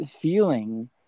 feeling